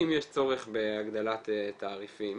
אם יש צורך בהגדלת תעריפים,